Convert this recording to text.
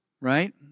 Right